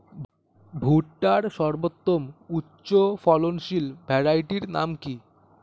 ভুট্টার সর্বোত্তম উচ্চফলনশীল ভ্যারাইটির নাম কি?